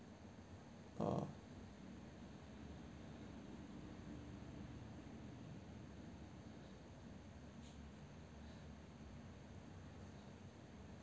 orh